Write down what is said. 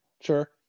Sure